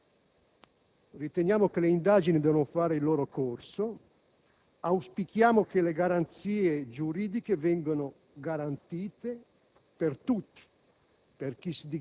Il nostro Gruppo ha una posizione molto chiara al riguardo ed è di chiusura netta. Anzi, qualcuno di noi è pacifista,